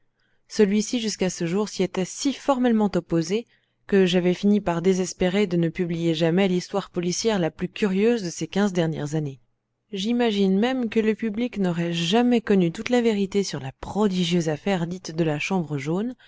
celui-ci jusqu'à ce jour s'y était si formellement opposé que j'avais fini par désespérer de publier jamais l'histoire policière la plus curieuse de ces quinze dernières années j'imagine même que le public n'aurait jamais connu toute la vérité sur la prodigieuse affaire dite de la chambre jaune